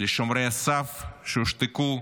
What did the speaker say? לשומרי הסף שהושתקו?